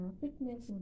fitness